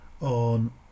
on